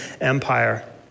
Empire